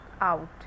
out